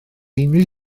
unrhyw